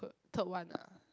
third one ah